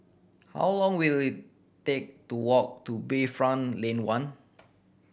how long will it take to walk to Bayfront Lane One